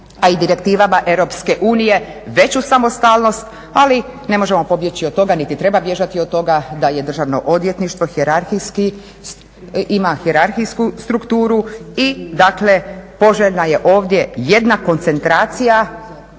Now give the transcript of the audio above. a i direktivama EU veću samostalnost ali ne možemo pobjeći od toga niti treba bježati od toga da je Državno odvjetništvo hijerarhijski, ima hijerarhijsku strukturu i dakle poželjna je ovdje jedna koncentracija